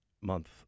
month